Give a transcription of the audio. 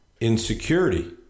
insecurity